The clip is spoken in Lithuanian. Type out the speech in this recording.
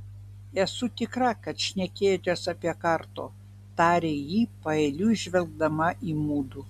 esu tikra kad šnekėjotės apie karto tarė ji paeiliui žvelgdama į mudu